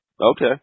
Okay